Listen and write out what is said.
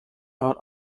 are